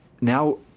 now